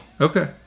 Okay